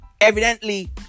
Evidently